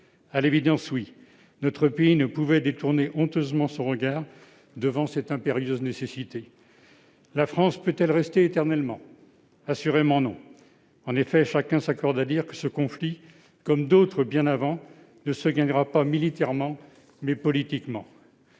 À l'évidence, oui ! Notre pays ne pouvait détourner honteusement le regard devant cette impérieuse nécessité. La France peut-elle rester éternellement ? Assurément, non ! En effet, chacun s'accorde à dire que ce conflit, comme bien d'autres avant lui, ne se gagnera pas militairement, mais politiquement.